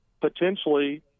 potentially